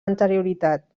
anterioritat